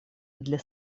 для